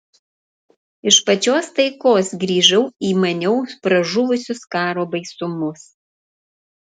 iš pačios taikos grįžau į maniau pražuvusius karo baisumus